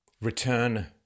Return